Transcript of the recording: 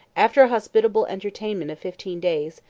after a hospitable entertainment of fifteen days,